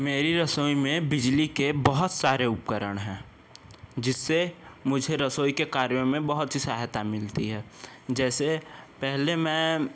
मेरी रसोई में बिजली के बहुत सारे उपकरण हैं जिससे मुझे रसोई के कार्यों में बहुत सी सहायता मिलती है जैसे पहले मैं